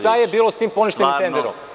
šta je bilo sa tim poništenim tenderom?